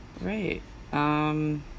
Right